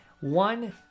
One